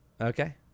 Okay